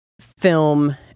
film